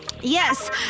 yes